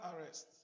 arrests